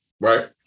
right